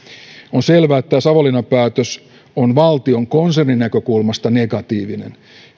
on selvää että tämä savonlinnan päätös on valtion konserninäkökulmasta negatiivinen